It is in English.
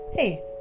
Hey